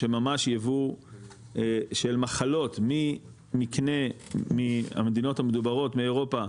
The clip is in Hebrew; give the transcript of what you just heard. שממש ייבוא של מחלות ממקנה מהמדינות המדוברות מאירופה,